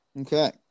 Okay